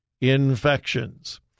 infections